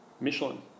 Michelin